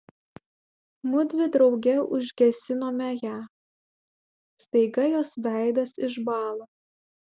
mudvi drauge užgesinome ją staiga jos veidas išbąla